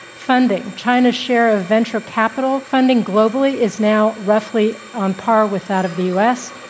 funding china's share of venture capital funding globally is now roughly on par with that of the u. s.